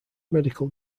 medical